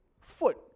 foot